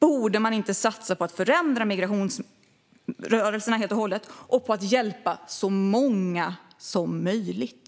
Borde man inte satsa på att förändra migrationsrörelserna helt och hållet och på att hjälpa så många som möjligt?